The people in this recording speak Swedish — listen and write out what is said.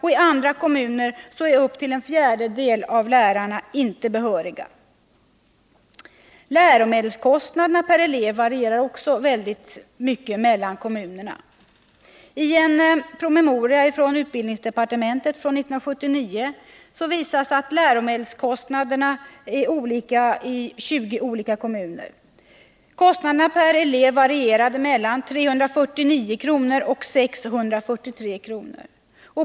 I andra kommuner är upp till en fjärdedel av lärarna inte behöriga. Läromedelskostnaderna per elev varierar också mycket mellan kommunerna. I en promemoria som utarbetades inom utbildningsdepartementet 1979 visas att läromedelskostnaderna är olika i 20 olika kommuner. Kostnaderna per elev varierade mellan 349 och 643 kr.